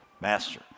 master